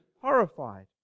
horrified